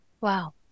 Wow